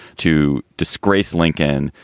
to disgrace lincoln,